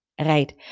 right